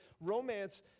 Romance